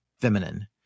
feminine